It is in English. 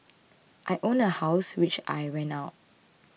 I own a house which I rent out